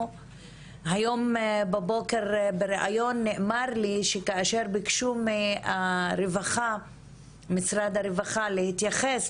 היום בבוקר בריאיון לוואלה נאמר לי שכאשר ביקשו ממשרד הרווחה להתייחס